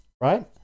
Right